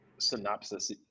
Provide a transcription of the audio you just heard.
synopsis